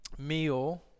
meal